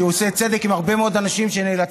כי הוא עושה צדק עם הרבה מאוד אנשים שנאלצים